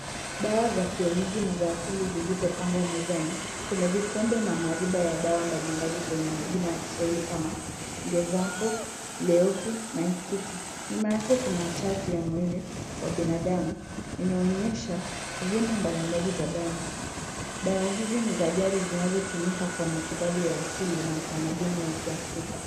Dawa za kienyeji na za asili zilizopangwa mezani ,kuna vikombe na mariba mbalimbali za dawa yenye majina ya kiswahili kama vile ngezampu ,leokin na inkti . Nyuma yake kuna chati ya mwili wa binadamu inaonyesha sehemu mbalimbali za ndani. Dawa hizi ni za jadi zinazotumika kwa matibabu ya asili na utamaduni wa kiafrika.